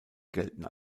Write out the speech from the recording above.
gelten